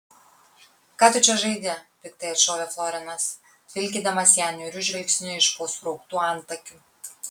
ką tu čia žaidi piktai atšovė florinas tvilkydamas ją niūriu žvilgsniu iš po surauktų antakių